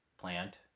Plant